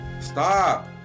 stop